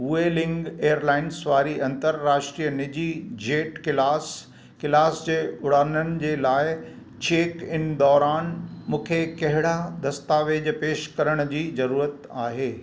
Hualien airlines वारी अंतर्राष्ट्रीय निजी जेट क्लास क्लास जे उड़ाननि जे लाइ चेकइन दौरान मूंखे कहिड़ा दस्तावेज़ पेश करण जी ज़रूरत आहे